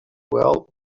well